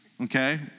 okay